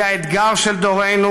היא האתגר של דורנו,